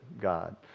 God